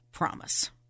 promise